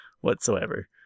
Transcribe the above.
whatsoever